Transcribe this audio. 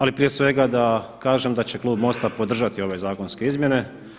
Ali prije svega da kažem da će klub MOST-a podržati ove zakonske izmjene.